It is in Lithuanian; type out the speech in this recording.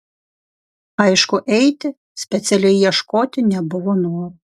aišku eiti specialiai ieškoti nebuvo noro